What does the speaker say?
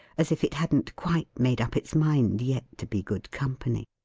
as if it hadn't quite made up its mind yet, to be good company.